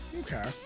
Okay